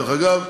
דרך אגב,